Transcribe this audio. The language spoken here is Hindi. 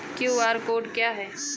क्यू.आर कोड क्या है?